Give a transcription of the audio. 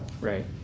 right